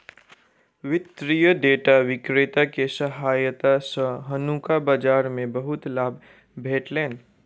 वित्तीय डेटा विक्रेता के सहायता सॅ हुनका बाजार मे बहुत लाभ भेटलैन